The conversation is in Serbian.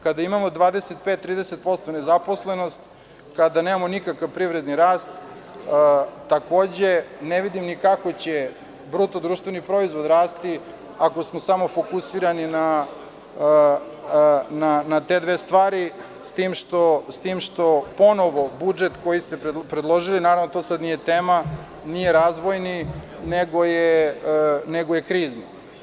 Kada imamo 25% ili 30% nezaposlenost, kada nemamo nikakav privredni rast, takođe ne vidim ni kako će BDP rasti, ako smo samo fokusirani na te dve stvari, s tim što ponovo budžet koji ste predložili, to sad nije tema, nije razvojni, nego je krizni.